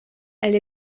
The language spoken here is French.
elle